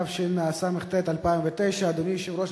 התשס"ט 2009. אדוני היושב-ראש,